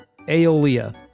Aeolia